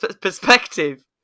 perspective